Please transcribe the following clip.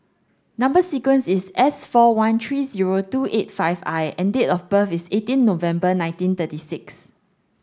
number sequence is S four one three zero two eight five I and date of birth is eighteen November nineteen thirty six